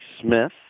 Smith